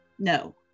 No